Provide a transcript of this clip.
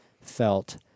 felt